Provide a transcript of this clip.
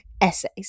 essays